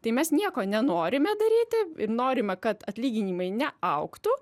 tai mes nieko nenorime daryti ir norime kad atlyginimai neaugtų